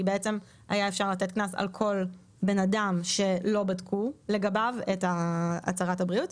היה אפשר לתת קנס על כל בן אדם שלא בדקו לגביו את הצהרת הבריאות.